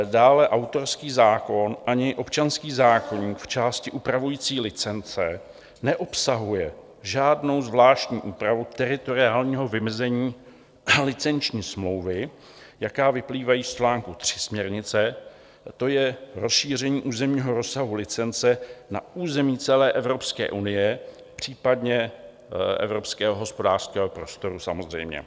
Dále autorský zákon ani občanský zákoník v části upravující licence neobsahuje žádnou zvláštní úpravu teritoriálního vymezení licenční smlouvy, jaké vyplývá z čl. 3 směrnice, a to je rozšíření územního rozsahu licence na území celé Evropské unie případně evropského hospodářského prostoru, samozřejmě.